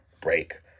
break